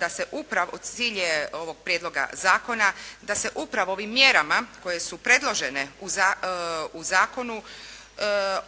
dakle cilj je ovog prijedloga zakona da se upravo ovim mjerama koje su predložene u zakonu